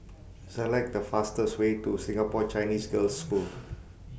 Select The fastest Way to Singapore Chinese Girls' School